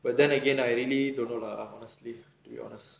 but then again I really don't know lah honestly to be honest